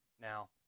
Now